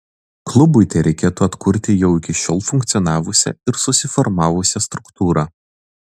klubui tereikėtų atkurti jau iki šiol funkcionavusią ir susiformavusią struktūrą